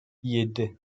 yedi